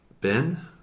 Ben